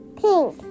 pink